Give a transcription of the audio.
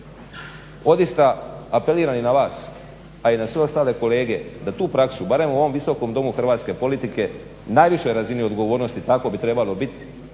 Odista apeliram i na vas, a i na sve ostale kolege, da tu praksu barem u ovom Visokom domu hrvatske politike, najvišoj razini odgovornosti tako bi trebalo biti